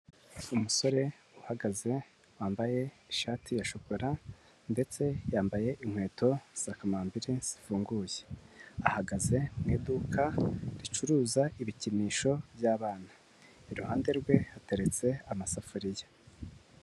Umusore uhagaze wambaye ishati ya shokora ndetse yambaye inkweto za kamambiri zifunguye, ahagaze mu iduka ricuruza ibikinisho by'abana, iruhande rwe hateretse amasafuriya.